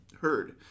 heard